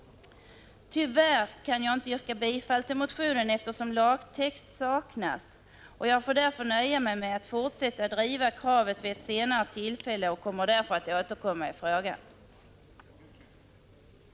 Tyvärr kan jag inte yrka bifall till motionen, eftersom lagtext saknas. Jag får därför nöja mig med att driva kravet vid ett senare tillfälle och kommer alltså att ta upp frågan på nytt.